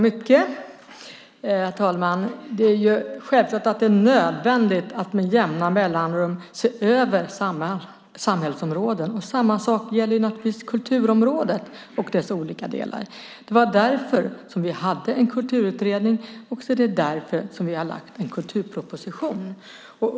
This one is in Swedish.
Herr talman! Det är självklart att det är nödvändigt att med jämna mellanrum se över samhällsområden. Samma sak gäller naturligtvis kulturområdet och dess olika delar. Det är därför vi hade en kulturutredning, och det är därför som vi har lagt fram en kulturproposition.